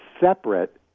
separate